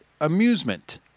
amusement